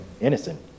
innocent